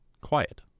Quiet